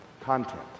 content